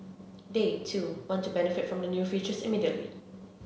they too want to benefit from the new features immediately